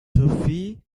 toffee